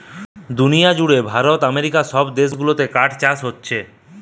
দুনিয়া জুড়ে ভারত আমেরিকা সব দেশ গুলাতে কাঠ চাষ হোচ্ছে